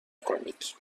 کنید